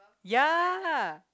ya